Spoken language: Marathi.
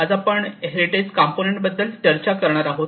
आज आपण हेरिटेज कंपोनेंट बद्दल चर्चा करणार आहोत